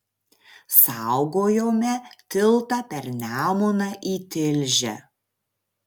saugojome tiltą per nemuną į tilžę